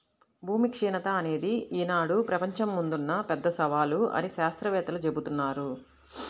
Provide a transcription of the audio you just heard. భూమి క్షీణత అనేది ఈనాడు ప్రపంచం ముందున్న పెద్ద సవాలు అని శాత్రవేత్తలు జెబుతున్నారు